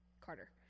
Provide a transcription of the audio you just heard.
Carter